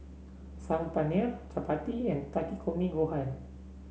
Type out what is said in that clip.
Saag Paneer Chapati and Takikomi Gohan